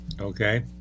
Okay